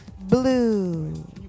blue